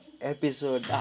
episode